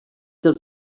dels